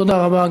תודה רבה.